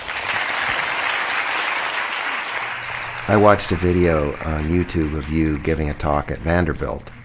um i watched a video on youtube of you giving a talk at vanderbilt.